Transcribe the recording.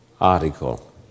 article